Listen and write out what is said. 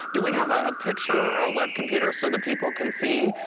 do we have ah a picture or a web computer so that people can see?